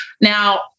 Now